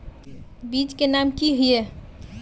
बीज के नाम की हिये?